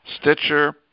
Stitcher